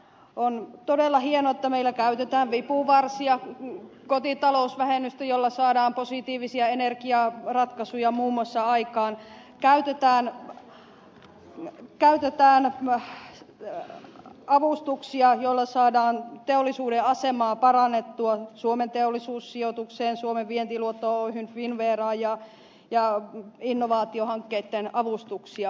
on todella hienoa että meillä käytetään vipuvarsia kotitalousvähennystä jolla saadaan muun muassa positiivisia energiaratkaisuja aikaan käytetään avustuksia joilla saadaan teollisuuden asemaa parannettua suomen teollisuussijoitukseen suomen vientiluotto oyhyn ja finnveraan sekä innovaatiohankkeitten avustuksia